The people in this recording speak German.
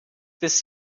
bis